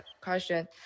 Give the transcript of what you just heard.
question